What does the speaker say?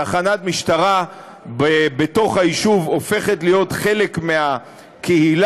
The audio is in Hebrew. תחנת משטרה בתוך היישוב הופכת להיות חלק מהקהילה,